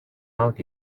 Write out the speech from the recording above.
out